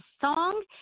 song